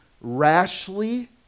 rashly